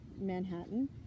Manhattan